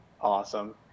awesome